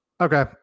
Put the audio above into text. Okay